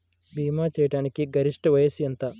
భీమా చేయాటానికి గరిష్ట వయస్సు ఎంత?